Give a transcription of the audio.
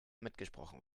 mitgesprochen